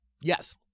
Yes